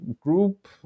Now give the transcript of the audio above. group